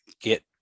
get